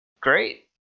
great